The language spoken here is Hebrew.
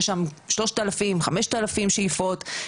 יש שם 3,000-5,000 שאיפות.